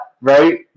right